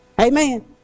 Amen